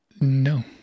No